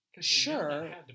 Sure